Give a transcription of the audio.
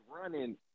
Running